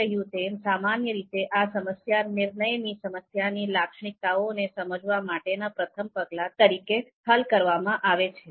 મેં કહ્યું તેમ સામાન્ય રીતે આ સમસ્યા નિર્ણયની સમસ્યાની લાક્ષણિકતાઓને સમજવા માટેના પ્રથમ પગલાં તરીકે હલ કરવામાં આવે છે